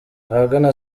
ahagana